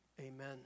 Amen